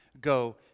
go